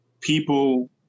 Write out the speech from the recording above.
people